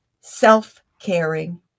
self-caring